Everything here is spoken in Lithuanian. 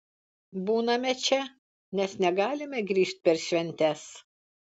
būname čia nes negalime grįžt per šventes